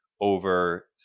over